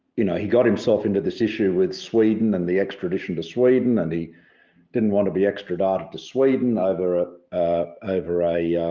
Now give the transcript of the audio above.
you know he got himself into this issue with sweden and the extradition to sweden and he didn't want to be extradited to sweden ah over a